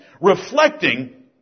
reflecting